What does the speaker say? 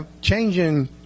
Changing